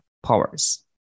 powers